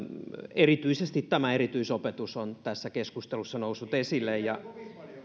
erityisesti erityisopetus on tässä keskustelussa noussut esille